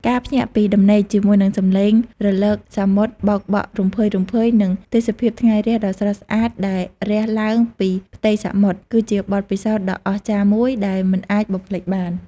ការភ្ញាក់ពីដំណេកជាមួយនឹងសំឡេងរលកសមុទ្របោកបក់រំភើយៗ និងទេសភាពថ្ងៃរះដ៏ស្រស់ស្អាតដែលរះឡើងពីផ្ទៃសមុទ្រ គឺជាបទពិសោធន៍ដ៏អស្ចារ្យមួយដែលមិនអាចបំភ្លេចបាន។